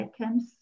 items